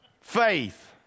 Faith